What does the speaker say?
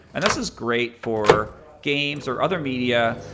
and this is great for games or other media,